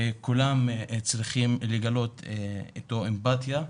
וכולם צריכים לגלות איתו אמפטיה.